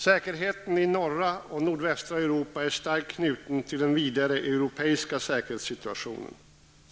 Säkerheten i norra och nordvästra Europa är starkt knuten till den vidare europeiska säkerhetssituationen.